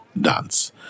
dance